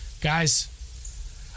Guys